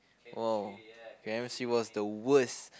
!wow! Chemistry was the worst